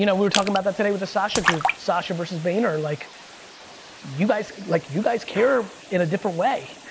you know were talking about that today with the sasha group, sasha verus vayner. like you guys like you guys care in a different way,